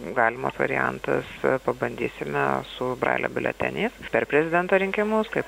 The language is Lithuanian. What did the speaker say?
galimas variantas pabandysime su brailio biuleteniais per prezidento rinkimus kaip